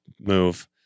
move